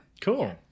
cool